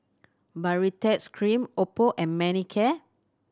Baritex Cream oppo and Manicare